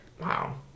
Wow